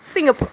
Singapore